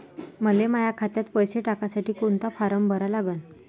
मले माह्या खात्यात पैसे टाकासाठी कोंता फारम भरा लागन?